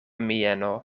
mieno